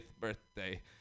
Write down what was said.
birthday